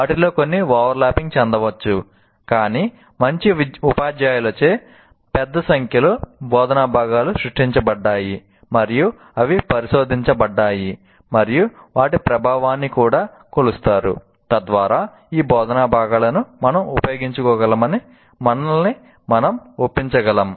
వాటిలో కొన్ని ఓవర్లాప్పింగ్ చెందవచ్చు కాని మంచి ఉపాధ్యాయులచే పెద్ద సంఖ్యలో బోధనా భాగాలు సృష్టించబడ్డాయి మరియు అవి పరిశోధించబడ్డాయి మరియు వాటి ప్రభావాన్ని కూడా కొలుస్తారు తద్వారా ఈ బోధనా భాగాలను మనం ఉపయోగించుకోగలమని మనల్ని మనం ఒప్పించగలం